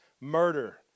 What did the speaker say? murder